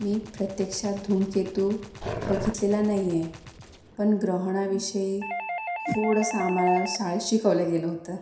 मी प्रत्यक्षात धुमकेतू बघितलेला नाही आहे पण ग्रहणाविषयी थोडंसं आम्हाला शाळेत शिकवलं गेलं होतं